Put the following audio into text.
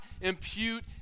impute